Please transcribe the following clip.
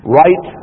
right